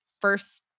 First